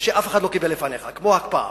שאף אחד לא קיבל לפניך, כמו ההקפאה.